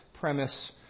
premise